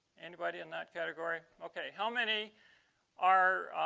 anybody in that category okay? how many are?